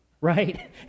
right